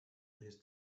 his